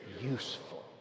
Useful